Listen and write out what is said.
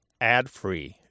adfree